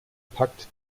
pakt